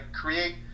create